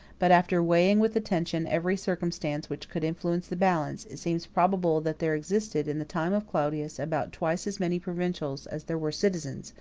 but, after weighing with attention every circumstance which could influence the balance, it seems probable that there existed, in the time of claudius, about twice as many provincials as there were citizens,